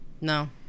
No